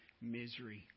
misery